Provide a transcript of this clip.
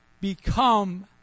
become